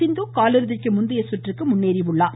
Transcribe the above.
சிந்து காலிறுதிக்கு முந்தையை சுற்றுக்கு முன்னேறியுள்ளார்